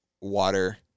water